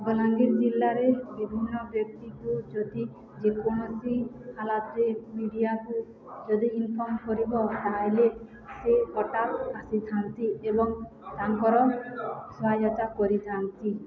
ବଲାଙ୍ଗୀର ଜିଲ୍ଲାରେ ବିଭିନ୍ନ ବ୍ୟକ୍ତିକୁ ଯଦି ଯେକୌଣସି ହଲାତରେ ମିଡ଼ିଆକୁ ଯଦି ଇନଫର୍ମ କରିବ ତାହେଲେ ସେ ହଠାତ୍ ଆସିଥାନ୍ତି ଏବଂ ତାଙ୍କର ସହାୟତା କରିଥାନ୍ତି